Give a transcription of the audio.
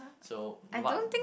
so what